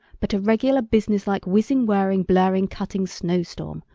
but a regular business-like whizzing, whirring, blurring, cutting snow-storm,